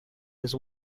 his